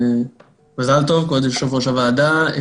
מזל טוב, כבוד יושב-ראש הוועדה.